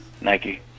Nike